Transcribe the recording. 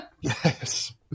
Yes